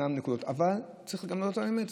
אבל צריך להודות על האמת,